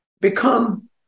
become